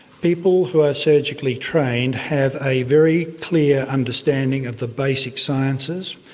people who are surgically trained have a very clear understanding of the basic sciences,